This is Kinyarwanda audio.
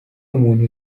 umuntu